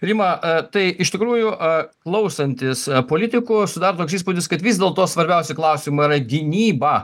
rima a tai iš tikrųjų a klausantis politikų sudaro toks įspūdis kad vis dėlto svarbiausi klausimai yra gynyba